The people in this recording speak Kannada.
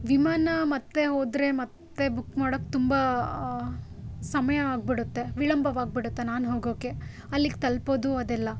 ವಿಮಾನ ಮತ್ತೆ ಹೋದರೆ ಮತ್ತೆ ಬುಕ್ ಮಾಡೋಕ್ಕೆ ತುಂಬ ಸಮಯ ಆಗಿಬಿಡತ್ತೆ ವಿಳಂಬವಾಗಿಬಿಡತ್ತೆ ನಾನು ಹೋಗೋಕ್ಕೆ ಅಲ್ಲಿಗೆ ತಲುಪೋದು ಅದೆಲ್ಲ